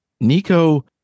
Nico